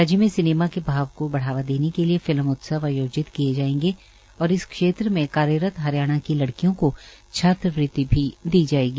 राज्य में सिनेमा के भाव बढ़ावा देने के लिए फिल्म उत्सव आयोजित किए जायेंगे और इस क्षेत्र में कार्यरत हरियाणा की लड़कियों को छात्रवृति भी दी जायेगी